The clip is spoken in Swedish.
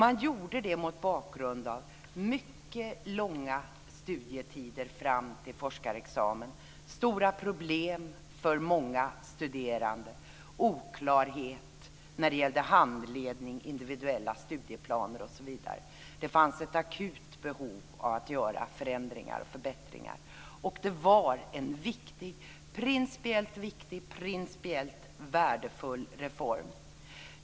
Man gjorde det mot bakgrund av mycket långa studietider fram till forskarexamen, vilket ledde till stora problem för många studerande och till oklarheter när det gällde handledning, individuella studieplaner osv. Det fanns ett akut behov av förändringar och förbättringar. Det var en principiellt viktig och värdefull reform.